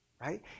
right